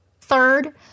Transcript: Third